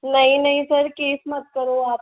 नहीं नहीं sir case मत करो आप